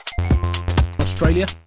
Australia